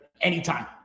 anytime